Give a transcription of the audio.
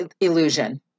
illusion